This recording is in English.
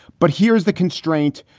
but here's the constraint.